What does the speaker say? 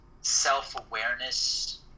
self-awareness